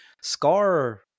Scar